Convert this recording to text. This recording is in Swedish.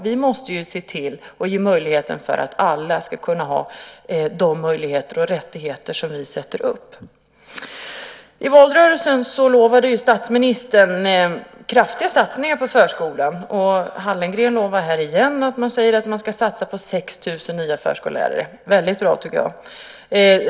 Vi måste ge alla de möjligheter och rättigheter som vi beslutar om. I valrörelsen lovade statsministern kraftiga satsningar på förskolan, och Hallengren lovar här igen och säger att man ska göra en satsning med 6 000 nya förskollärare. Det låter väldigt bra, tycker jag.